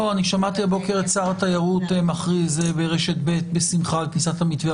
אני שמעתי הבוקר את שר התיירות מכריז ברשת ב' בשמחה על כניסת המתווה,